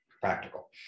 practical